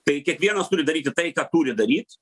tai kiekvienas turi daryti tai ką turi daryt